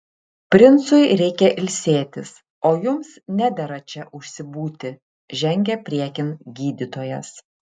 princui reikia ilsėtis o jums nedera čia užsibūti žengė priekin gydytojas